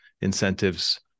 Incentives